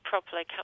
properly